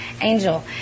angel